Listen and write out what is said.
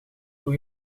hoe